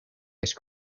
ice